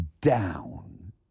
down